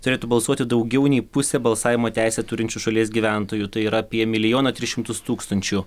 turėtų balsuoti daugiau nei pusė balsavimo teisę turinčių šalies gyventojų tai yra apie milijoną tris šimtus tūkstančių